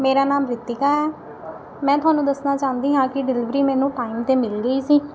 ਮੇਰਾ ਨਾਮ ਰਿਤਿਕਾ ਹੈ ਮੈਂ ਤੁਹਾਨੂੰ ਦੱਸਣਾ ਚਾਹੁੰਦੀ ਹਾਂ ਕਿ ਡਿਲੀਵਰੀ ਮੈਨੂੰ ਟਾਈਮ 'ਤੇ ਮਿਲ ਗਈ ਸੀ